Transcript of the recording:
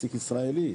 מעסיק ישראלי?